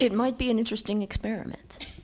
it might be an interesting experiment